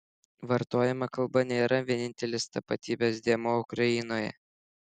vartojama kalba nėra vienintelis tapatybės dėmuo ukrainoje